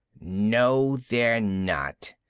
no, they're not.